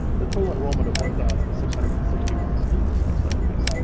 the total enrollment of one thousand six hundred and sixty one students next slide, please.